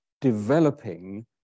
developing